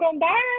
bye